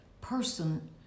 person